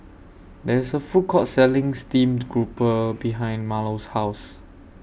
There IS A Food Court Selling Steamed Grouper behind Marlo's House